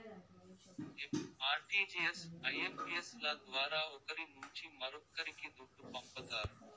NEFT, RTGS, IMPS ల ద్వారా ఒకరి నుంచి మరొక్కరికి దుడ్డు పంపతారు